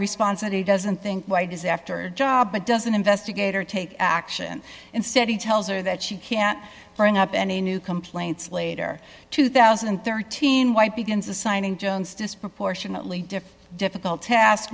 response and he doesn't think why does after job but doesn't investigator take action instead he tells her that she can't bring up any new complaints later two thousand and thirteen white begins assigning joan's disproportionately difficult task